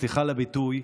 וסליחה על הביטוי,